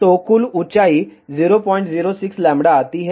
तो कुल ऊंचाई 006 λ आती है